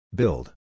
build